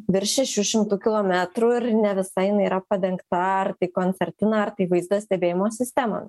virš šešių šimtų kilometrų ir ne visa jinai yra padengta ar tai koncertina ar tai vaizdo stebėjimo sistemom